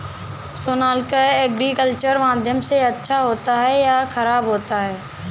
Sonalika agriculture माध्यम से अच्छा होता है या ख़राब होता है?